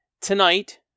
Tonight